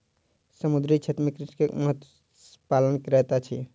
समुद्रीय क्षेत्र में कृषक मत्स्य पालन करैत अछि